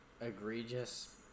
egregious